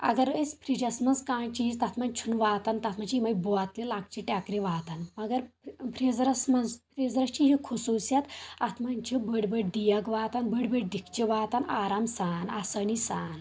اگر أسۍ فرِجس منٛز کانٛہہ چیٖز تتھ منٛز چھُنہٕ واتان تتھ منٛز چھِ یمے بوتٕلہِ لۄکچہِ ٹیٚکرِ واتان مگر فریزرس منٛز فریزرس چھِ یہِ خصوصیت اتھ منٛز چھِ بٔڑۍ بٔڑۍ دیگ واتان بٔڑۍ بٔڑۍ دِکچہِ واتن آرام سان آسٲنی سان